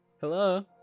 Hello